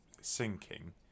sinking